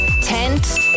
Tent